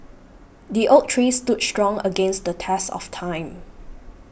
the oak tree stood strong against the test of time